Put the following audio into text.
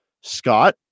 Scott